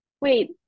Wait